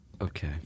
Okay